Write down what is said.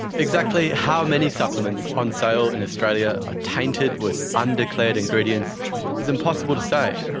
exactly how many supplements on sale in australia are tainted with undeclared ingredients is impossible to say.